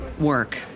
work